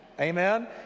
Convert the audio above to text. Amen